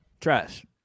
Trash